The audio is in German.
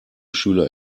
schüler